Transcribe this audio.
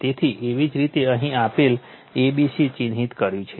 તેથી એવી જ રીતે અહીં આપણે a b c ચિહ્નિત કર્યું છે